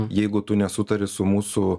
jeigu tu nesutari su mūsų